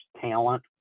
talent